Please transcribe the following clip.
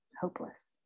hopeless